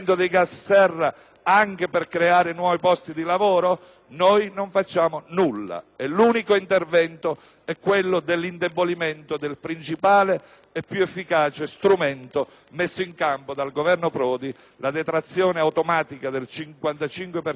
anche per creare nuovi posti di lavoro? Noi non facciamo nulla e l'unico intervento è quello dell'indebolimento del principale e più efficace strumento messo in campo dal Governo Prodi, la detrazione automatica del 55 per cento